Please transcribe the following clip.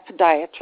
podiatrist